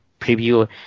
preview